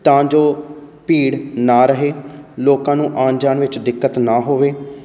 ਤਾਂ ਜੋ ਭੀੜ ਨਾ ਰਹੇ ਲੋਕਾਂ ਨੂੰ ਆਉਣ ਜਾਣ ਵਿੱਚ ਦਿੱਕਤ ਨਾ ਹੋਵੇ